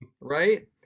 right